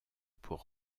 pour